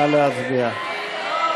נא להצביע.